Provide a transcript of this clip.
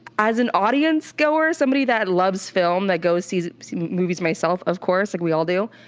as an audience goer, somebody that loves film, that goes sees movies myself of course, like we all do.